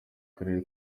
karere